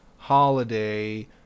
Holiday